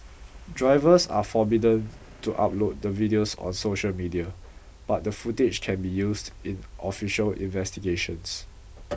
drivers are forbidden to upload the videos on social media but the footage can be used in official investigations